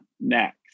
next